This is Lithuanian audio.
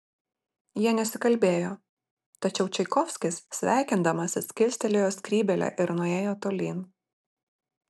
jie nesikalbėjo tačiau čaikovskis sveikindamasis kilstelėjo skrybėlę ir nuėjo tolyn